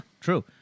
true